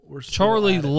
Charlie